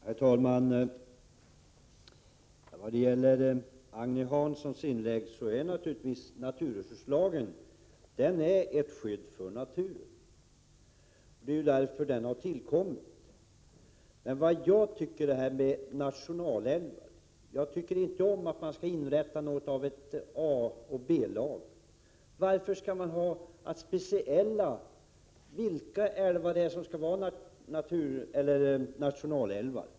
Herr talman! Till svar på Agne Hanssons inlägg vill jag säga att naturresurslagen naturligtvis är ett skydd för naturen. Det är därför den har tillkommit. Men jag tycker inte om att man skall inrätta något av A-lag och B-lag när det gäller älvar. Varför skall man ha speciella nationalälvar? Vilka älvar skall vara nationalälvar?